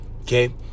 okay